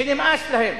שנמאס להם.